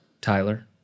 Tyler